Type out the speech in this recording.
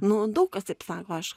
nu daug kas taip sako aš